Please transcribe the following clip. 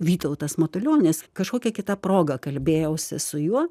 vytautas matulionis kažkokia kita proga kalbėjausi su juo